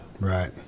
Right